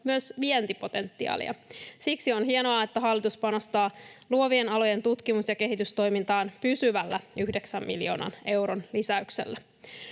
myös vientipotentiaalia. Siksi on hienoa, että hallitus panostaa luovien alojen tutkimus- ja kehitystoimintaan pysyvällä yhdeksän miljoonan euron lisäyksellä.